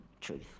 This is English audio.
truth